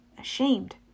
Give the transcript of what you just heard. Ashamed